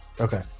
Okay